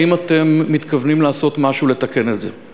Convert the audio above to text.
האם אתם מתכוונים לעשות משהו לתקן את זה?